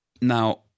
Now